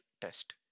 test